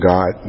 God